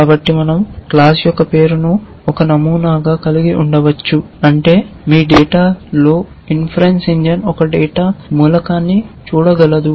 కాబట్టి మనం క్లాస్ యొక్క పేరును ఒక నమూనాగా కలిగి ఉండవచ్చు అంటే మీ డేటాలో ఇన్ఫరన్స ఇంజిన్ ఒక డేటా మూలకాన్ని చూడగలదు